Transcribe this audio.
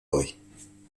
hoy